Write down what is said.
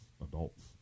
adults